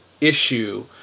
issue